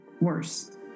worse